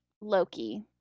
Loki